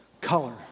color